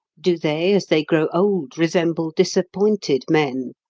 do they, as they grow old, resemble disappointed men?